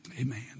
Amen